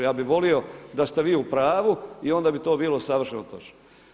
Ja bih volio da ste vi u pravu i onda bi to bilo savršeno točno.